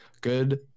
Good